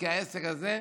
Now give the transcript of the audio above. כי העסק הזה,